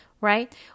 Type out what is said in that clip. right